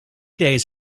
days